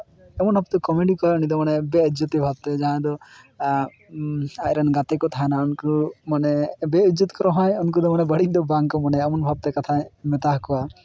ᱩᱱ ᱚᱠᱛᱮ ᱠᱚᱢᱮᱰᱤ ᱠᱚᱣᱟᱭ ᱢᱟᱱᱮ ᱵᱮᱼᱤᱡᱡᱚᱛᱤ ᱵᱷᱟᱵᱛᱮ ᱡᱟᱦᱟᱸᱭ ᱫᱚ ᱟᱡ ᱨᱮᱱ ᱜᱟᱛᱮ ᱠᱚ ᱛᱟᱦᱮᱱᱟ ᱩᱱᱠᱩ ᱢᱟᱱᱮ ᱵᱮᱼᱤᱡᱡᱚᱛ ᱠᱚ ᱨᱮᱦᱚᱸᱭ ᱩᱱᱠᱩ ᱫᱚ ᱢᱟᱱᱮ ᱵᱟᱹᱲᱤᱡ ᱫᱚ ᱵᱟᱝᱠᱚ ᱢᱚᱱᱮᱭᱟ ᱮᱢᱚᱱ ᱵᱷᱟᱵᱛᱮ ᱠᱟᱛᱷᱟᱭ ᱢᱮᱛᱟ ᱦᱟᱠᱚᱣᱟ